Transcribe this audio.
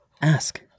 Ask